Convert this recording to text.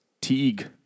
teague